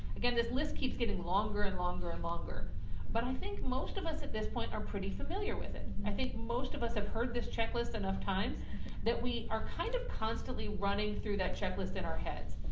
again, this list keeps getting longer and longer and longer but i think most of us at this point are pretty familiar with it. i think most of us have heard this checklist enough times that we are kind of constantly running through that checklist in our heads.